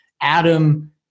Adam